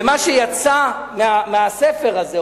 ומה שיצא מהספר הזה,